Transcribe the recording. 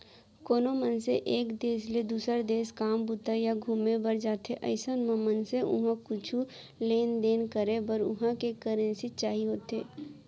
कोनो मनसे एक देस ले दुसर देस काम बूता या घुमे बर जाथे अइसन म मनसे उहाँ कुछु लेन देन करे बर उहां के करेंसी चाही होथे